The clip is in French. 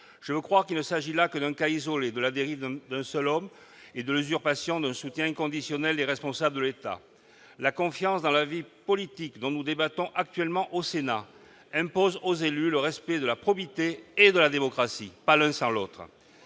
Je veux croire qu'il ne s'agit là que d'un cas isolé, de la dérive d'un seul homme et de l'usurpation d'un soutien inconditionnel des responsables de l'État. La confiance dans la vie politique, dont nous débattons actuellement au Sénat, impose aux élus le respect de la probité et de la démocratie ; pas l'une sans l'autre